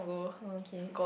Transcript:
okay